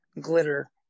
glitter